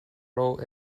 role